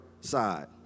side